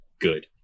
good